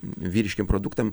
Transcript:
vyriškiem produktam